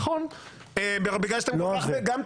אני באופן